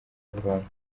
burundu